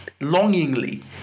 longingly